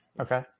Okay